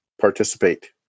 participate